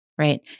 Right